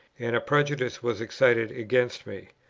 and a prejudice was excited against me.